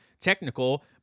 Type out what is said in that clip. technical